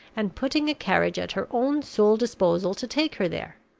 and putting a carriage at her own sole disposal to take her there.